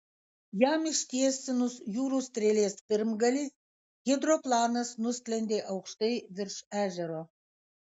jam ištiesinus jūrų strėlės pirmgalį hidroplanas nusklendė aukštai virš ežero